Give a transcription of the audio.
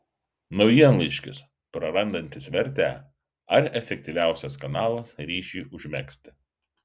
naujienlaiškis prarandantis vertę ar efektyviausias kanalas ryšiui užmegzti